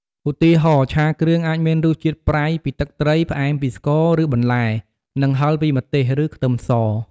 ឧទាហរណ៍ ឆាគ្រឿងអាចមានរសជាតិប្រៃពីទឹកត្រី ផ្អែមពីស្ករ ឬបន្លែ និងហឹរពីម្ទេស ឬខ្ទឹមស។